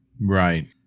right